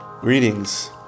Greetings